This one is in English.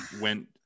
went